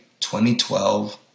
2012